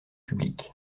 publics